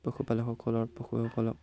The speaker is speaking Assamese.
পশুপালকসকলৰ পশুসকলক